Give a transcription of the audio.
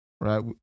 Right